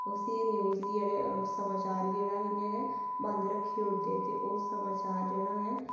उसी गी न्यूज़ गी जेह्ड़े समाचार गी जेह्ड़ा इं'या गै बंद रक्खी ओड़दे ते ओह् समाचार जेह्ड़ा ऐ